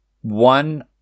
one